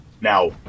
Now